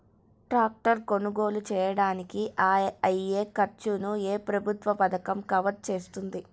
Tractor కొనుగోలు చేయడానికి అయ్యే ఖర్చును ఏ ప్రభుత్వ పథకం కవర్ చేస్తుంది?